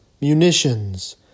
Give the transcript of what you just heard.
munitions